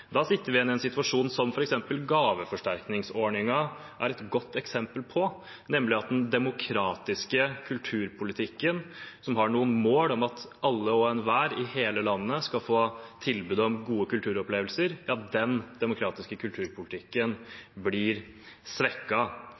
Da sitter vi igjen i en situasjon som f.eks. gaveforsterkningsordningen er et godt eksempel på, nemlig at den demokratiske kulturpolitikken, som har noen mål om at alle og enhver i hele landet skal få tilbud om gode kulturopplevelser, blir